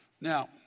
Now